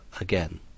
again